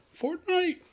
Fortnite